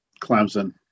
Clemson